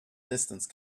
distance